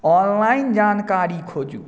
online जानकारी खोजू